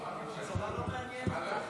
לא מעניין אותו.